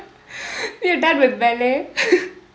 your done with ballet